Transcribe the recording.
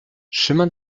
chemin